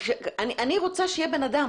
אני רוצה שיהיה בן אדם.